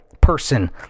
person